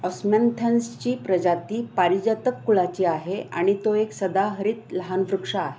ऑस्मॅन्थन्सची प्रजाती पारिजातक कुळाची आहे आणि तो एक सदाहरित लहान वृक्ष आहे